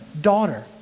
daughter